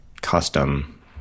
custom